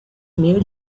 made